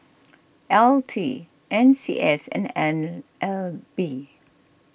L T N C S and N L B